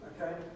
Okay